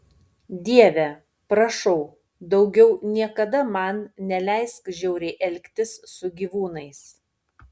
dieve prašau daugiau niekada man neleisk žiauriai elgtis su gyvūnais